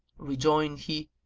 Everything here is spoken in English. rejoined he,